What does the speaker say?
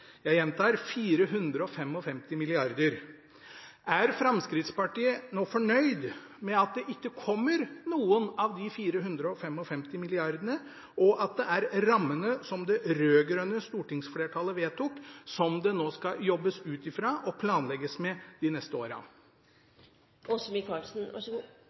Jeg gjentar: 455 mrd. kr. Er Fremskrittspartiet nå fornøyd med at det ikke kommer 455 mrd. kr, og at det er rammene som det rød-grønne stortingsflertallet vedtok, som det nå skal jobbes ut fra og planlegges med de neste